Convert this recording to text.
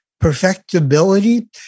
perfectibility